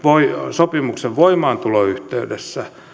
sopimuksen voimaantulon yhteydessä